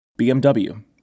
BMW